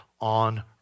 on